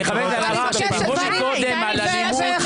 כשדיברו מקודם על אלימות,